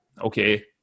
okay